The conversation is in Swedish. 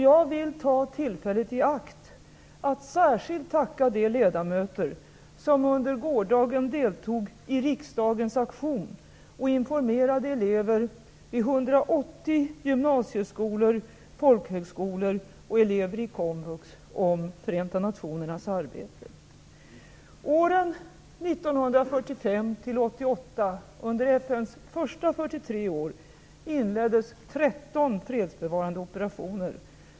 Jag vill ta tillfället i akt att särskilt tacka de ledamöter som under gårdagen deltog i riksdagens aktion och informerade elever vid 13 fredsbevarande operationer.